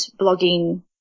blogging